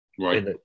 right